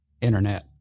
internet